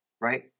right